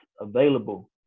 available